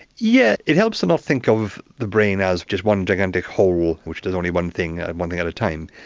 yeah it helps to not think of the brain as just one gigantic whole which does only one thing and one thing at a time.